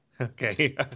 Okay